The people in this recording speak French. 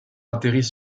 atterrit